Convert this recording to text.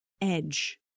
edge